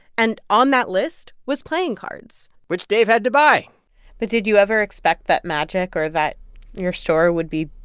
and on that list was playing cards which dave had to buy but did you ever expect that magic or that your store would be,